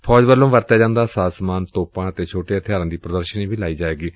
ਫੌਜ ਵੱਲੋਂ ਵਰਤਿਆਂ ਜਾਂਦਾ ਸਾਜ਼ ਸਮਾਨ ਤੋਪਾਂ ਅਤੇ ਛੋਟੇ ਹਥਿਆਰਾਂ ਦੀ ਪ੍ਦਰਸ਼ਨੀ ਵੀ ਲਗਾਈ ਜਾਏਗੀ